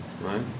Right